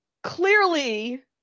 Clearly